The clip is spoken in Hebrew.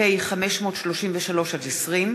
פ/533/20,